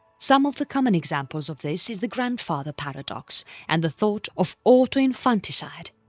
some of the common examples of this is the grandfather paradox and the thought of autoinfanticide.